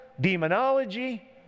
demonology